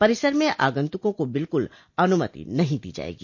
परिसर में आगंतुकों को बिल्कुल अनुमति नहीं दी जायेगी